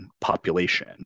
population